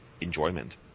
enjoyment